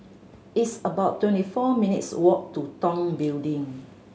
it's about twenty four minutes' walk to Tong Building